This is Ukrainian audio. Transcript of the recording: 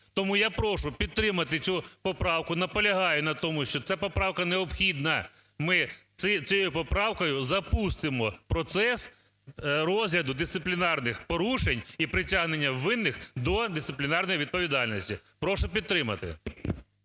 Тому я прошу підтримати цю поправку, наполягаю на тому, що ця поправка необхідна. Ми цією поправкою запустимо процес розгляду дисциплінарних порушень і притягнення винних до дисциплінарної відповідальності. Прошу підтримати.